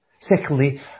secondly